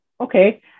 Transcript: okay